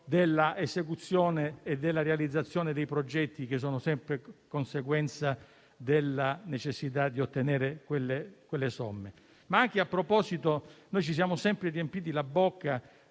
dell'esecuzione e della realizzazione dei progetti, che sono sempre conseguenza della necessità di ottenere quelle somme. Anche a tale proposito, ci siamo sempre riempiti la bocca